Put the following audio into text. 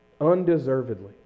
Undeservedly